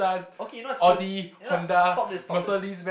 okay you know what's good you're not stop this stop this